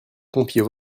pompiers